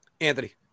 Anthony